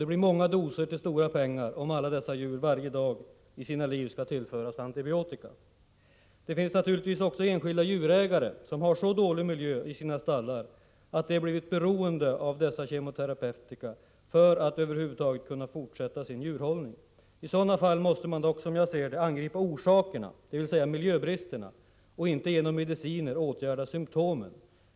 Det blir många doser, till stora pengar, om alla dessa djur varje dag i sina liv skall tillföras antibiotika. Det förekommer naturligtvis också att enskilda djurägare har så dålig miljö i sina stallar att de blivit beroende av kemoterapeutika för att över huvud taget kunna fortsätta sin djurhållning. I sådana fall måste man dock som jag ser det angripa orsakerna — det vill säga miljöbristerna — och inte = Prot. 1985/86:67 genom mediciner åtgärda symtomen.